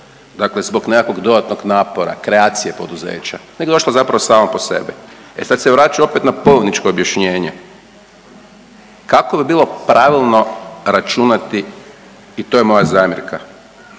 dakle zbog nekakvog dodatnog napora, kreacije poduzeća nego je došlo zapravo samo po sebi. E sad se vraćamo opet na …/Govornik se ne razumije./… objašnjenje. Kako bi bilo pravilno računati i to je moja zamjerka,